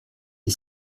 wie